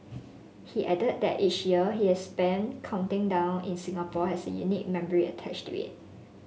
he added that each year he has spent counting down in Singapore has a unique memory attached to it